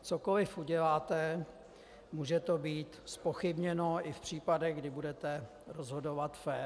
Cokoliv uděláte, může to být zpochybněno i v případech, kdy budete rozhodovat fér.